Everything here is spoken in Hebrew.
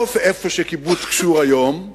לא במקום של קיבוץ גשור היום,